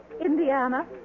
Indiana